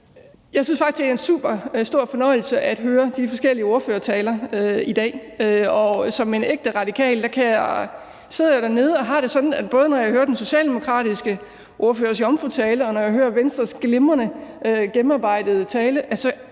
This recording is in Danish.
Jeg synes faktisk, det er en superstor fornøjelse at høre de forskellige ordførertaler i dag, og som en ægte radikal sidder jeg jo dernede og har det sådan, at både når jeg hører den socialdemokratiske ordførers jomfrutale, og når jeg hører Venstres glimrende, gennemarbejdede tale,